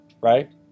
Right